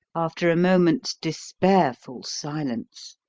after a moment's despairful silence.